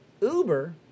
Uber